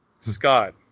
Scott